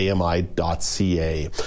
AMI.ca